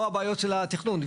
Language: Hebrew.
לא הבעיות של התכנון.